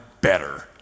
better